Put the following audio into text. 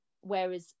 whereas